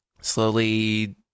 slowly